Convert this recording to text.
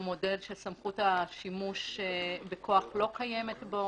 הוא מודל של סמכות השימוש בכוח לא קיימת בו.